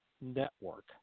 Network